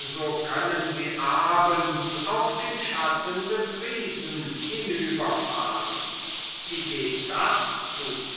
so können sie abends auf dem schatten des riesen hinüberfahren wie geht das zu